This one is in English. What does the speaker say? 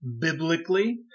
Biblically